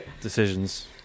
decisions